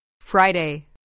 Friday